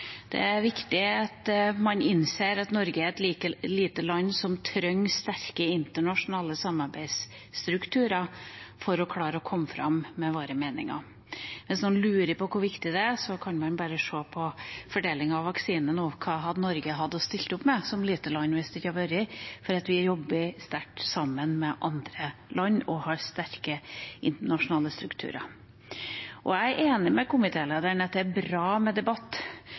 Det er viktig at man innser at Norge er et lite land som trenger sterke internasjonale samarbeidsstrukturer for å klare å komme fram med sine meninger. Hvis noen lurer på hvor viktig det er, kan man bare se på fordelinga av vaksiner nå. Hva hadde Norge hatt å stille opp med som et lite land, hvis ikke det hadde vært for at vi jobber sterkt sammen med andre land og har sterke internasjonale strukturer? Jeg er enig med komitélederen i at det er bra med debatt,